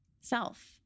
self